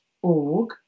org